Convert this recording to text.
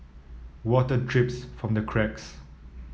water drips from the cracks